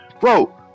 bro